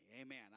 amen